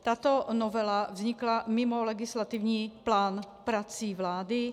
Tato novela vznikla mimo legislativní plán prací vlády.